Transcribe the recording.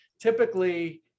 typically